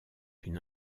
une